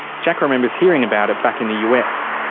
jack remembers hearing about it back in the us.